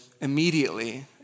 immediately